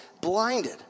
blinded